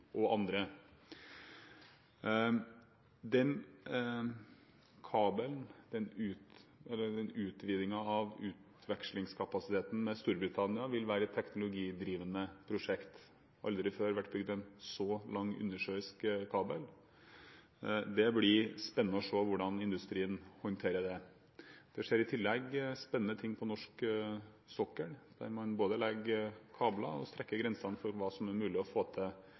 av utvekslingskapasiteten med Storbritannia vil være et teknologidrivende prosjekt. Det har aldri før vært bygget en så lang undersjøisk kabel. Det blir spennende å se hvordan industrien håndterer det. Det skjer i tillegg spennende ting på norsk sokkel, der man både legger kabler og strekker grensene for hva som er mulig å få til